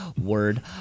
word